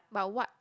but what